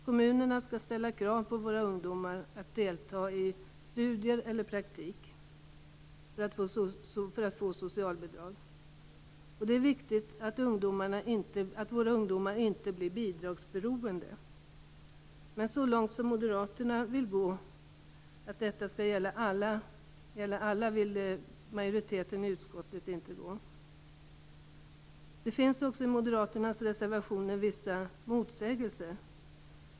Kommunerna skall ställa krav på att våra ungdomar skall delta i studier eller praktik för att de skall få socialbidrag. Det är viktigt att våra ungdomar inte blir bidragsberoende, men så långt som moderaterna vill gå - att detta skall gälla alla - vill majoriteten i utskottet inte gå. Det finns också i moderaternas reservationer vissa motsägelser.